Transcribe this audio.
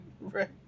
Right